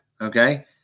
okay